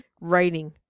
writing